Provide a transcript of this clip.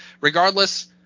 regardless